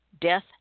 death